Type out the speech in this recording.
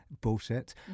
bullshit